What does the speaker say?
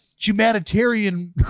humanitarian